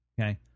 Okay